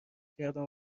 کردم